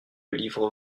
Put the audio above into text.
livre